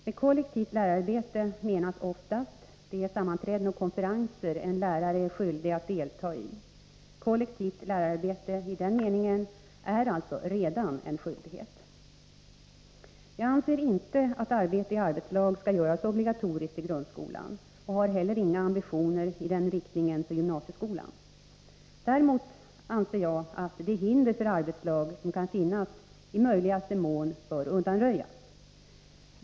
Med kollektivt lärararbete menas oftast de sammanträden och konferenser en lärare är skyldig att delta i. Kollektivt lärararbete i den meningen är alltså redan en skyldighet. Jag anser inte att arbete i arbetslag skall göras obligatoriskt i grundskolan och har heller inga ambitioner i den riktningen för gymnasieskolan. Däremot anser jag att de hinder för arbetslag som kan finnas bör undanröjas i möjligaste mån.